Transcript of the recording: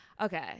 Okay